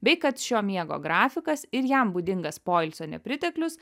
bei kad šio miego grafikas ir jam būdingas poilsio nepriteklius